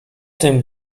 tym